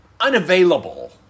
unavailable